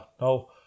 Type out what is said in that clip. No